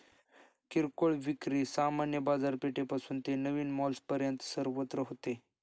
किरकोळ विक्री सामान्य बाजारपेठेपासून ते नवीन मॉल्सपर्यंत सर्वत्र होते